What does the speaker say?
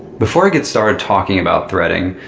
before i get started talking about threading,